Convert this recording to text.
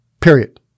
period